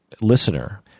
listener